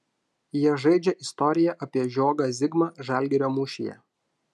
jie žaidžia istoriją apie žiogą zigmą žalgirio mūšyje